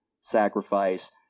sacrifice